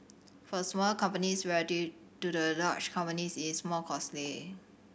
for smaller companies relative to the large companies it's more costly